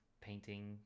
painting